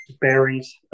bearings